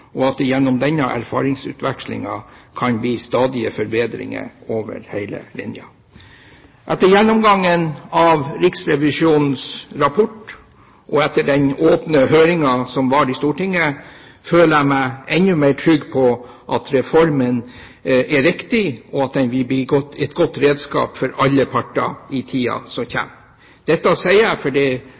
og at det gjennom denne erfaringsutvekslingen stadig kan bli forbedringer over hele linjen. Etter gjennomgangen av Riksrevisjonens rapport og etter den åpne høringen vi hadde i Stortinget, føler jeg meg enda mer trygg på at reformen er riktig, og at den vil bli et godt redskap for alle parter i tida som kommer. Dette sier jeg